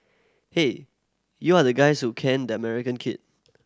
hey you are the guys who caned the American kid